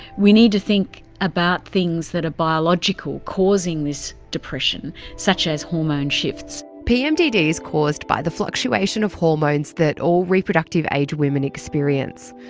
we need to think about things that are biological causing this depression, such as hormone shifts. pmdd is caused by the fluctuation of hormones that all reproductive age women experience.